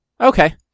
okay